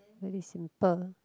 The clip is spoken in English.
very simple